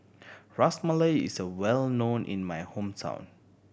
Ras Malai is a well known in my hometown